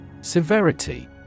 Severity